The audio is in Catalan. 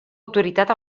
autoritat